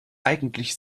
eigentlich